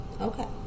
okay